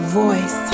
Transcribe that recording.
voice